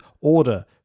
order